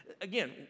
Again